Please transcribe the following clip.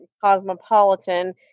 cosmopolitan